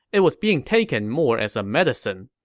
it was being taken more as medicine.